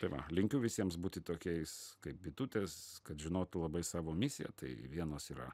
tai va linkiu visiems būti tokiais kaip bitutės kad žinotų labai savo misiją tai vienos yra